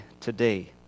today